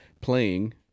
playing